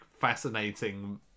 fascinating